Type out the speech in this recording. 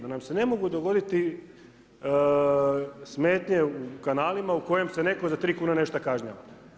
Da nam se ne mogu dogoditi smetnje u kanalima u kojem se netko za 3 kune nešto kažnjava.